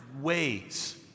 ways